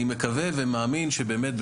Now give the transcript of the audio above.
אני מקווה ומאמין שבאמת,